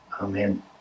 Amen